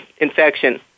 infection